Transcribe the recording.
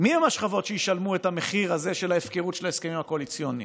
מי הן השכבות שישלמו את המחיר הזה של ההפקרות של ההסכמים הקואליציוניים?